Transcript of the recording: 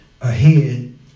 ahead